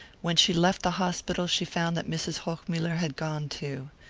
when she left the hospital she found that mrs. hochmuller had gone too.